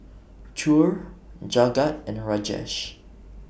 Choor Jagat and Rajesh